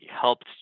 helped